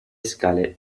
scale